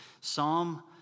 Psalm